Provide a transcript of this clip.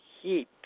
heat